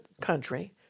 country